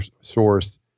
source